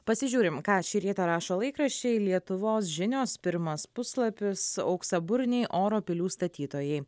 pasižiūrim ką šį rytą rašo laikraščiai lietuvos žinios pirmas puslapis auksaburniai oro pilių statytojai